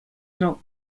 not